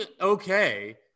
okay